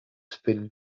spin